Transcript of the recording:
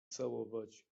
całować